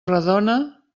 redona